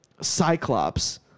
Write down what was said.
Cyclops